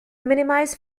minimize